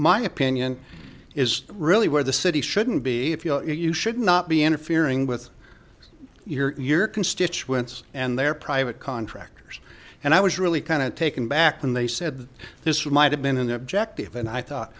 my opinion is really where the city shouldn't be if you should not be interfering with your your constituents and their private contract and i was really kind of taken back when they said this might have been an objective and i thought